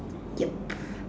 yup